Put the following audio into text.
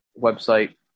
website